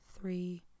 three